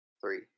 Three